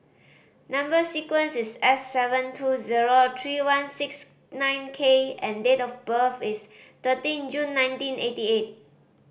number sequence is S seven two zero three one six nine K and date of birth is thirteen June nineteen eighty eight